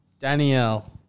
Danielle